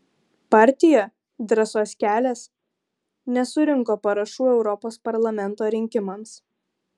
partija drąsos kelias nesurinko parašų europos parlamento rinkimams